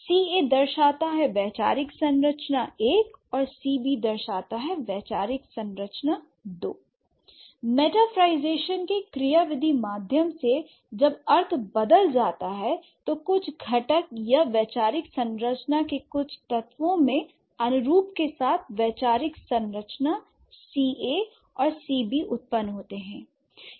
C a दर्शाता है वैचारिक संरचना १ C b वैचारिक संरचना २ l मेटाफरlईजेशन के क्रियाविधि माध्यम से जब अर्थ बदल जाता है कुछ घटक या वैचारिक संरचना के कुछ तत्वों में अनुरूप के साथ वैचारिक संरचना C a -C b उत्पन्न होते हैं